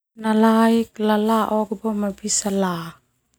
Nalaik, lalaok boma bisa la boe.